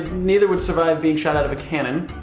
neither would survive being shot out of a cannon.